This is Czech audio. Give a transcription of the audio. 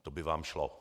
To by vám šlo.